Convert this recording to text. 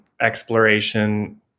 exploration